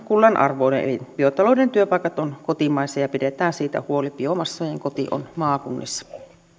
kullan arvoinen eli biotalouden työpaikat ovat kotimaisia ja pidetään siitä huoli biomassojen koti on maakunnissa